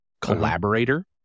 collaborator